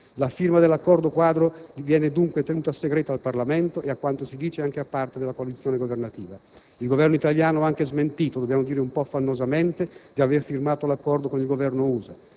La firma dell'Accordo quadro viene dunque tenuta segreta al Parlamento e, a quanto si dice, anche a parte della coalizione governativa. Il Governo italiano ha anche smentito, dobbiamo dire un po' affannosamente, di aver firmato l'accordo con il Governo USA.